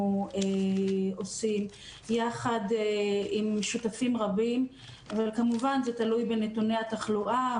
עושים יחד עם שותפים רבים וכמובן זה תלוי בנתוני התחלואה